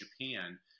Japan